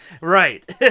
Right